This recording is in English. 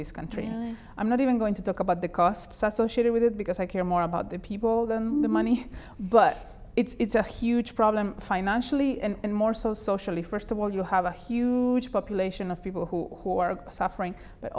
this country i'm not even going to talk about the costs associated with it because i care more about the people than the money but it's a huge problem financially and more so socially first of all you have a huge population of people who who are suffering but